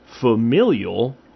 familial